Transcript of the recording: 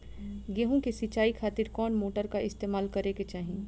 गेहूं के सिंचाई खातिर कौन मोटर का इस्तेमाल करे के चाहीं?